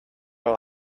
will